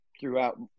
throughout